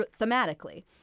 Thematically